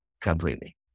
completely